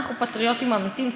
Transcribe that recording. אנחנו פטריוטים אמיתיים,